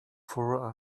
for